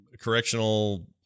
correctional